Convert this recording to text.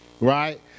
right